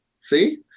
See